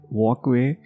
walkway